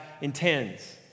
intends